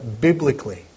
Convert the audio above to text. biblically